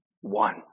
one